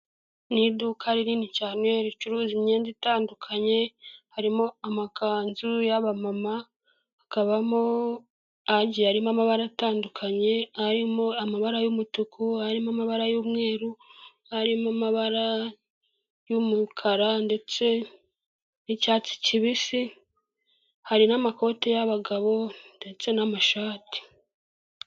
Mu iduka rinini cyane ricuruza imyenda itandukanye, harimo amakanzu y'aba mama, hakabamo agiye arimo amabara atandukanye, arimo amabara y'umutuku, harimo amabara y'umweru, harimo amabara y'umukara, ndetse n'icyatsi kibisi, hari n'amakoti y'abagabo ndetse n'amashati.